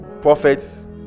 prophets